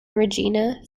regina